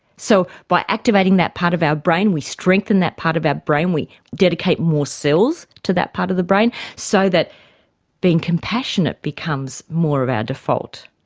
so by activating that part of our brain we strengthen that part of our brain, we dedicate more cells to that part of the brain so that being compassionate becomes more of our default.